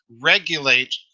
regulate